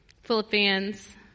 Philippians